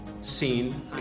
seen